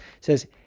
says